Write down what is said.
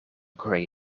grey